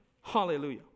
Hallelujah